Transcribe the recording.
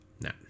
No